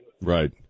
right